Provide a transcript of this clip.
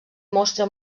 mostra